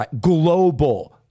global